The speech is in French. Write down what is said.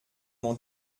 m’en